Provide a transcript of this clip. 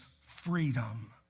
freedom